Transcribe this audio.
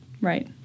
right